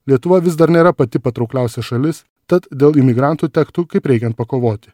lietuva vis dar nėra pati patraukliausia šalis tad dėl imigrantų tektų kaip reikiant pakovoti